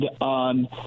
on